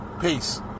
Peace